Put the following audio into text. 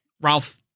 Ralph